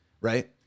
right